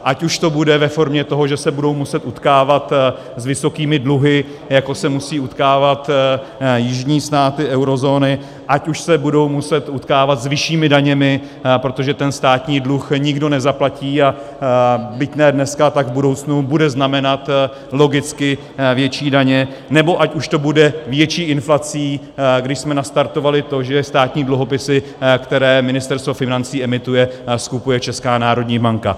Ať už to bude ve formě toho, že se budou muset utkávat s vysokými dluhy, jako se musí utkávat jižní státy eurozóny, ať už se budou muset utkávat s vyššími daněmi, protože státní dluh nikdo nezaplatí, a byť ne dneska, tak v budoucnu bude znamenat logicky větší daně, nebo ať už to bude větší inflací, když jsme nastartovali to, že státní dluhopisy, které Ministerstvo financí emituje, skupuje Česká národní banka.